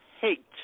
hate